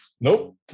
nope